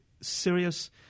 serious